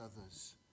others